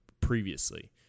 previously